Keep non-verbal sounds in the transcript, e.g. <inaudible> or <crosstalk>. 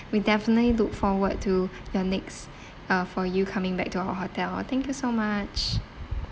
we definitely look forward to your next <breath> uh for you coming back to our hotel thank you so much